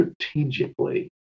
strategically